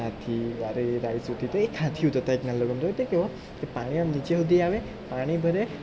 હાથી વારે રાઇડ્સ હોતી હતી એ હાથયું કેવા કે પાયો આમ નીચે સુધી આવે પાણી ભરે